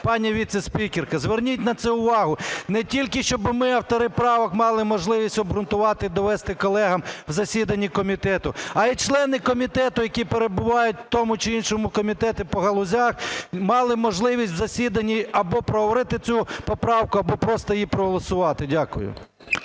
пані віце-спікерка, зверніть на це увагу. Не тільки, щоб ми автори правок мали можливість обґрунтувати, довести колегам в засіданні комітету. А й члени комітету, які перебувають у тому чи іншому комітеті по галузях, мали можливість у засіданні або проговорити цю поправку, або просто її проголосувати. Дякую.